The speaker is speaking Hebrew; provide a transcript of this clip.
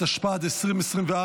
התשפ"ד 2024,